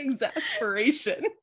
Exasperation